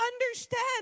understand